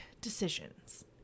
decisions